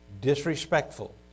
disrespectful